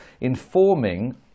informing